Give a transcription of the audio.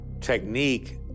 technique